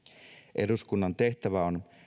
eduskunnan tehtävä on